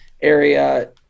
area